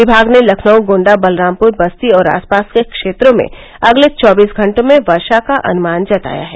विभाग ने लखनऊ गोण्डा बलरामपुर बस्ती और आस पास के क्षेत्रों में अगले चौबीस घंटों में व र्ता का अनुमान जताया है